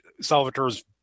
Salvatore's